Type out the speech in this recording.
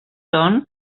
són